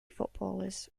footballers